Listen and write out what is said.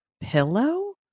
pillow